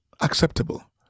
acceptable